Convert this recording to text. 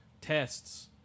tests